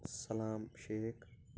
سلام شیخ